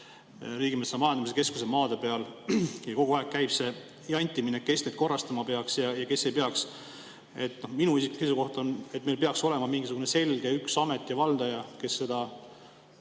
Riigimetsa Majandamise Keskuse maade peal. Kogu aeg käib jantimine, kes neid korrastama peaks ja kes ei peaks. Minu isiklik seisukoht on, et meil peaks olema mingisugune selge üks amet ja valdaja, kes seda